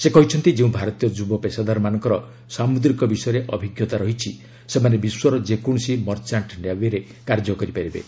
ସେ କହିଛନ୍ତି ଯେଉଁ ଭାରତୀୟ ଯୁବ ପେଷାଦାରମାନଙ୍କର ସାମୁଦ୍ରିକ ବିଷୟରେ ଅଭିଜ୍ଞତା ରହିଛି ସେମାନେ ବିଶ୍ୱର ଯେକୌଣସି ମର୍ଚ୍ଚାଣ୍ଟ ନେଭିରେ କାର୍ଯ୍ୟ କରିପାରିବେ